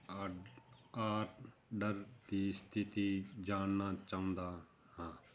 odd order ਦੀ ਸਥਿਤੀ ਜਾਨਣਾ ਚਾਹੰਦਾ ਹਾਂ